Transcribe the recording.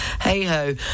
Hey-ho